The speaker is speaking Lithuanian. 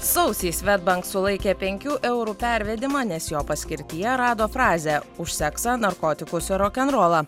sausį svedbank sulaikė penkių eurų pervedimą nes jo paskirtyje rado frazę už seksą narkotikus ir rokenrolą